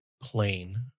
plain